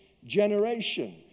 generation